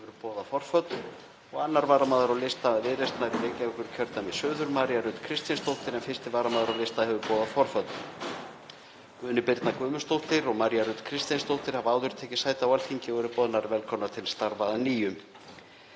og 2. varamaður á lista Viðreisnar í Reykjavíkurkjördæmi suður, María Rut Kristinsdóttir, en 1. varamaður á lista hefur boðað forföll. Guðný Birna Guðmundsdóttir og María Rut Kristinsdóttir hafa áður tekið sæti á Alþingi og eru boðnar velkomnar til starfa að nýju.